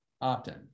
opt-in